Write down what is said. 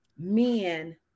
men